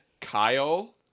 Kyle